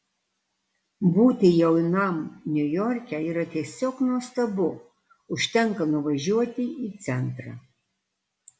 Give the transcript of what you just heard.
būti jaunam niujorke yra tiesiog nuostabu užtenka nuvažiuoti į centrą